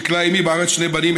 שכלה אימי בארץ שני בנים,